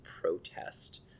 protest